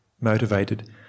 motivated